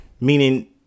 Meaning